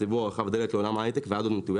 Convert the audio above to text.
אני חושב שהמטרה משותפת ואני אשמח אם